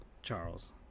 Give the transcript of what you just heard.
Charles